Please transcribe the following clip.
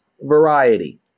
variety